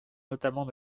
notamment